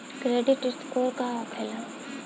Credit score का होखेला?